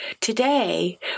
Today